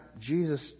Jesus